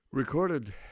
Recorded